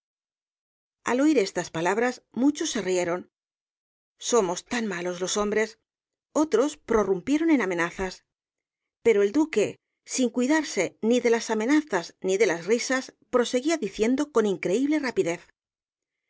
al oir estas palabras muchos se rieron somos tan malos los hombres otros prorrumpieron en amenazas pero el duque sin cuidarse ni de las amenazas ni de las risas proseguía diciendo con increíble rapidez por